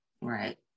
Right